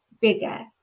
bigger